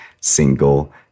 single